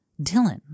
Dylan